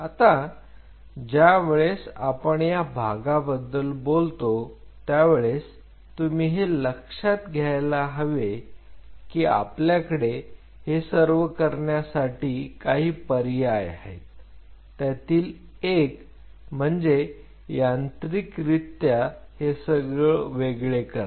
आता ज्यावेळेस आपण या भागाबद्दल बोलतो त्यावेळेस तुम्ही हे लक्षात घ्यायला हवे ही आपल्याकडे हे सर्व करण्यासाठी काही पर्याय आहेत त्यातील एक म्हणजे यांत्रिक रीत्या हे सर्व वेगळे करणे